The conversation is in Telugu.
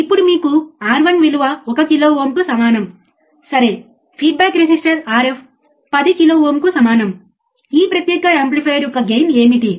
కాబట్టి మీరు ఇక్కడ చూసినట్లయితే స్టెప్ ఇన్పుట్ వోల్టేజ్ను నేను వర్తింపజేస్తే అవుట్పుట్ వోల్టేజ్లో మార్పు ఏమిటి